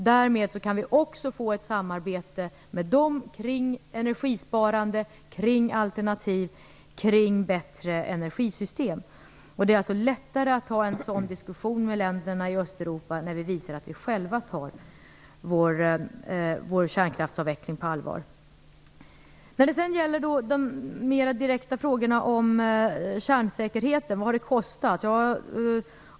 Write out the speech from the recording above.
Därmed kan vi också få till stånd ett samarbete med dem kring energisparande, kring alternativ och kring bättre energisystem. Det är alltså lättare att föra en sådan diskussion med länderna i Östeuropa när vi visar att vi själva tar vår kärnkraftsavveckling på allvar. Så till de frågor som mer direkt gäller kärnsäkerheten. Vad har det kostat?